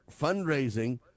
fundraising